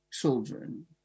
children